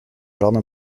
jardin